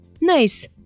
Nice